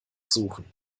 suchen